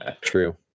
True